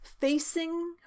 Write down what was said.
facing